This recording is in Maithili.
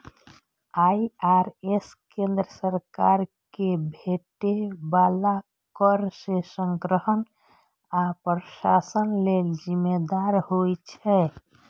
आई.आर.एस केंद्र सरकार कें भेटै बला कर के संग्रहण आ प्रशासन लेल जिम्मेदार होइ छै